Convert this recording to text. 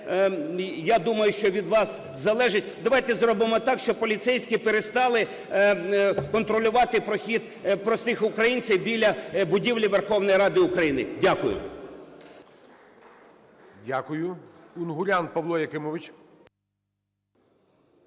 я думаю, що від вас залежить, – давайте зробимо так, щоб поліцейські перестали контролювати прохід простих українців біля будівлі Верховної Ради України. Дякую.